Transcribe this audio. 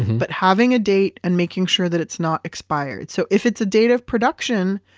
but having a date and making sure that it's not expired. so if it's a date of production,